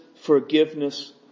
forgiveness